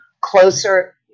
closer